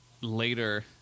later